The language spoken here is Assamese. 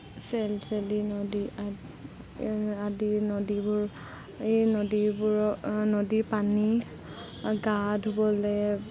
চেলচেলি নদী আদি নদীবোৰ এই নদীবোৰক নদী পানী গা ধুবলৈ